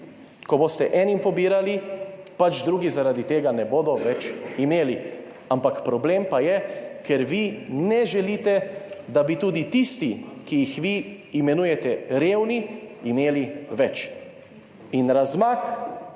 ko boste enim pobirali, pač drugi zaradi tega ne bodo več imeli. Ampak problem pa je, ker vi ne želite, da bi tudi tisti, ki jih vi imenujete revni, imeli več. In razmak